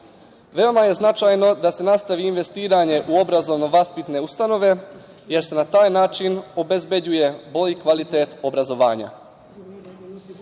Veoma je značajno da se nastavi investiranje u obrazovno vaspitne ustanove, jer se na taj način obezbeđuje bolji kvalitet obrazovanja. Voleo